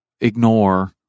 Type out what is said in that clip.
ignore